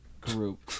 group